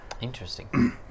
Interesting